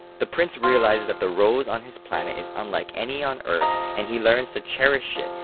the prince realizes that the rose on his planet is unlike any on earth and he learns to cherish it,